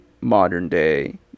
modern-day